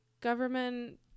government